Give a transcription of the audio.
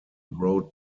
wrote